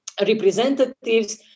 representatives